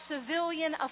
civilian